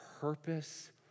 purpose